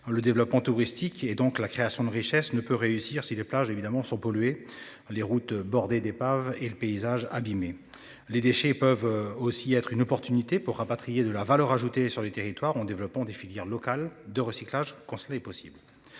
Le développement touristique et donc la création de richesse ne peut réussir si les plages évidemment sont. Les routes bordées d'épaves et le paysage abîmer les déchets peuvent aussi être une opportunité pour rapatrier de la valeur ajoutée sur le territoire en développement des filières locales de recyclage quand cela est possible.